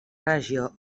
regió